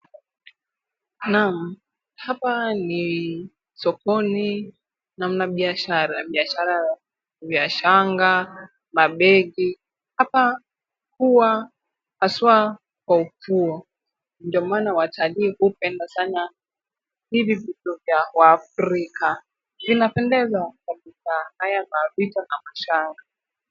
Naam, hapa ni sokoni na mna biashara. Biashara ya shanga, mabegi. Hapa huwa haswa kwa ufuo, ndio maana watalii hupenda sana hivi vitu vya waafrika. Vinapendeza katika haya mapicha na mashanga.